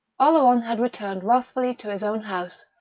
oleron had returned wrathfully to his own house,